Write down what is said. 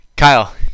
Kyle